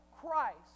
Christ